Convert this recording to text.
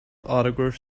autograph